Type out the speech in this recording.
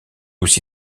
aussi